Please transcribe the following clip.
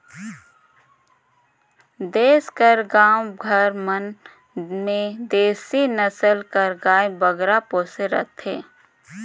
देस कर गाँव घर मन में देसी नसल कर गाय बगरा पोसे रहथें